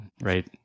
right